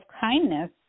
kindness